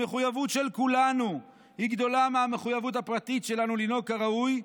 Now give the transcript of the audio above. המחויבות של כולנו היא גדולה מהמחויבות הפרטית שלנו לנהוג כראוי,